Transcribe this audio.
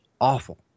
awful